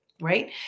Right